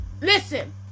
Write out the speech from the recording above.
Listen